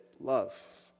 love